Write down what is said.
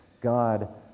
God